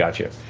got you.